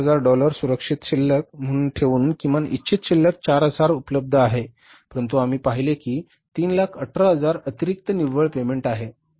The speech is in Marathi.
25000 डॉलर सुरक्षित शिल्लक म्हणून ठेवून किमान इच्छित शिल्लक 4000 उपलब्ध आहे परंतु आम्ही पाहिले की 318000 अतिरिक्त निव्वळ पेमेंट आहे